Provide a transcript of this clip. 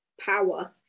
power